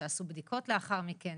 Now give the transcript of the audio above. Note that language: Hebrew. שעשו בדיקות לאחר מכן,